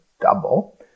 double